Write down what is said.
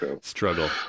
struggle